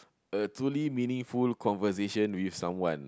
a truly meaningful conversation with someone